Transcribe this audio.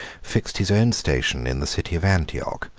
fixed his own station in the city of antioch,